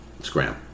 scram